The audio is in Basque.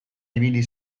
ibili